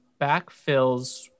backfills